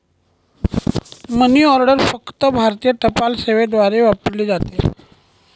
मनी order फक्त भारतीय टपाल सेवेद्वारे वापरली जाते